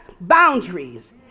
boundaries